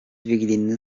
wigilijny